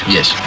Yes